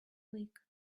week